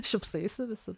šypsaisi visi